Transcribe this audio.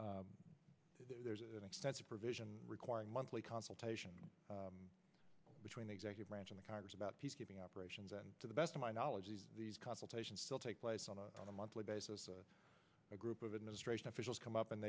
there's an extensive provision requiring monthly consultations between the executive branch and the congress about peacekeeping operations and to the best of my knowledge these consultations still take place on a monthly basis a group of administration officials come up and